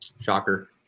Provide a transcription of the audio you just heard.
shocker